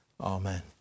Amen